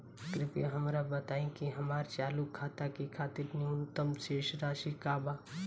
कृपया हमरा बताइ कि हमार चालू खाता के खातिर न्यूनतम शेष राशि का बा